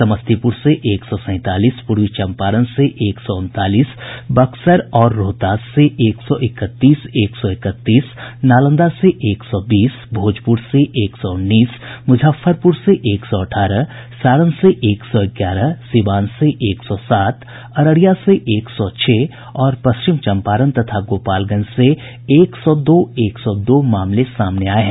समस्तीपुर से एक सौ सैंतालीस पूर्वी चम्पारण से एक सौ उनतालीस बक्सर और रोहतास से एक सौ इकतीस एक सौ इकतीस नालंदा से एक सौ बीस भोजपुर से एक सौ उन्नीस मुजफ्फरपुर से एक सौ अठारह सारण से एक सौ ग्यारह सीवान से एक सौ सात अररिया से एक सौ छह और पश्चिम चम्पारण तथा गोपालगंज से एक सौ दो एक सौ दो मामले सामने आये हैं